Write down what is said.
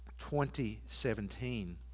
2017